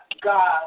God